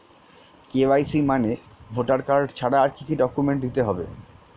KYC মানে voter card ছাড়া আর কি কি ডকুমেন্ট দিতে হবে?